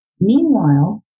Meanwhile